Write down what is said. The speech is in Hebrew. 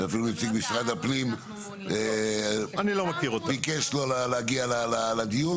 אפילו נציג ממשרד הפנים ביקש לא להגיע לדיון,